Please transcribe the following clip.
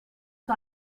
que